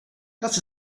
das